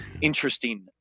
interesting